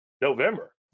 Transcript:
November